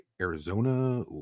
Arizona